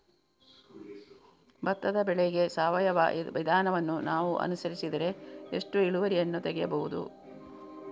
ಭತ್ತದ ಬೆಳೆಗೆ ಸಾವಯವ ವಿಧಾನವನ್ನು ನಾವು ಅನುಸರಿಸಿದರೆ ಎಷ್ಟು ಇಳುವರಿಯನ್ನು ತೆಗೆಯಬಹುದು?